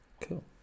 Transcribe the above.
Cool